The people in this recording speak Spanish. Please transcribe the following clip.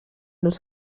nos